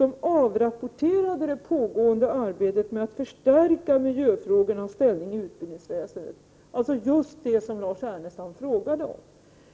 UHÄ avrapporterade det pågående arbetet med att förstärka miljöfrågornas ställning i utbildningsväsendet, dvs. just det som Lars Ernestam frågade om.